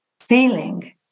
feeling